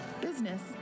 business